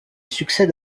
succède